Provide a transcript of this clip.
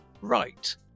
right